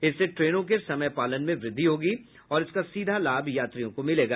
इससे ट्रेनों के समय पालन में वृद्धि होगी और इसका सीधा लाभ यात्रियों को मिलेगा